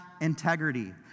integrity